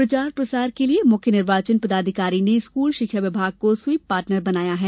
प्रचार प्रसार के लिये मुख्य निर्वाचन पदाधिकारी ने स्कूल शिक्षा विभाग को स्वीप पार्टनर बनाया है